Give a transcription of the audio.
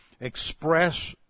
express